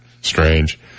Strange